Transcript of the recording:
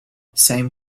same